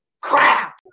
crap